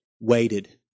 waited